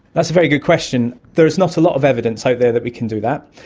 that's a very good question. there is not a lot of evidence out there that we can do that.